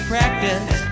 practice